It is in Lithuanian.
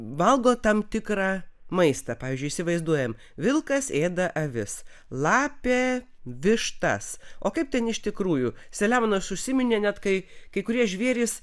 valgo tam tikrą maistą pavyzdžiui įsivaizduojam vilkas ėda avis lapė vištas o kaip ten iš tikrųjų selemonas užsiminė net kai kai kurie žvėrys